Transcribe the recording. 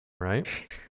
right